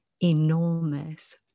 enormous